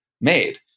made